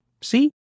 See